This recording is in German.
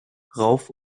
rauf